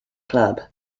club